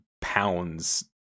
pounds